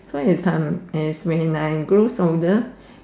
so as time as when I grow older